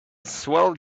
swell